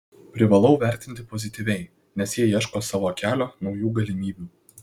privalau vertinti pozityviai nes jie ieško savo kelio naujų galimybių